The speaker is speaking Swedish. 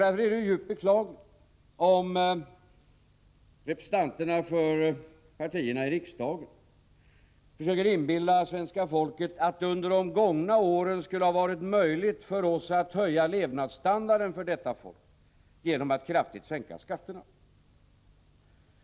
Därför är det djupt beklagligt om representanterna för partierna i riksdagen försöker inbilla svenska folket att det under de gångna åren skulle ha varit möjligt för oss att höja levnadsstandarden för detta folk genom att kraftigt sänka skatterna.